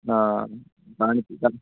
ആഹ് കാണിച്ചിട്ട്